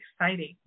exciting